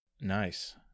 nice